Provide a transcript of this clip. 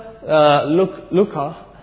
Luca